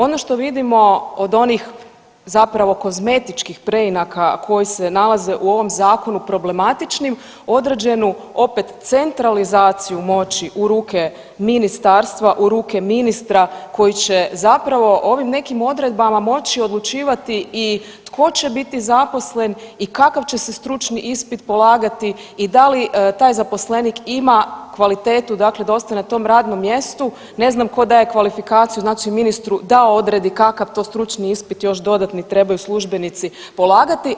Ono što vidimo od onih zapravo kozmetičkih preinaka koji se nalaze u ovom zakonu problematičnim određenu opet centralizaciju moći u ruke ministarstva, u ruke ministra koji će zapravo ovim nekim odredbama moći odlučivati i tko će biti zaposlen i kakav će se stručni ispit polagati i da li taj zaposlenik ima kvalitetu dakle da ostane na tom radnom mjestu, ne znam tko daje kvalifikaciju znači ministru da odredi kakav to stručni ispit još dodatni trebaju službenici polagati.